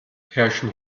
herrschen